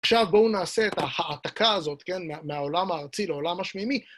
עכשיו בואו נעשה את ההעתקה הזאת, כן? מהעולם הארצי לעולם השמימי.